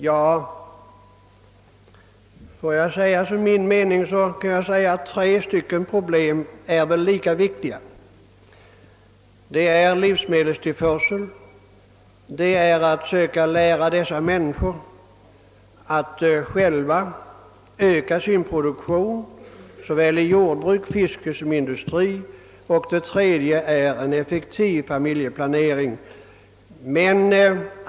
Enligt min uppfattning är tre problem lika väsentliga, nämligen för det första livsmedelstillförseln, för det andra att söka lära dessa människor att själva öka sin produktion inom såväl jordbruk som fiske och industri och för det tredje en effektiv familjeplanering.